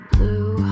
Blue